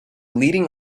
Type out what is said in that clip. leading